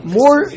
more